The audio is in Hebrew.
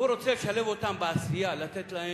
הוא רוצה לשלב אותם בעשייה, לתת להם,